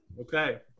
Okay